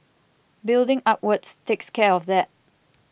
building upwards takes care of that